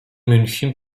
münchen